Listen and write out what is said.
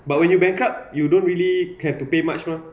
but when you bankrupt you don't really have to pay much mah